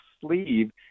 sleeve